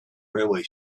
railway